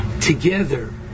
together